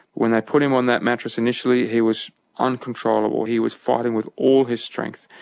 when they put him on that mattress, initially, he was uncontrollable. he was fighting with all his strength.